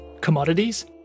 commodities